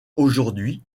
aujourd’hui